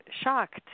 shocked